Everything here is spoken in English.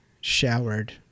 showered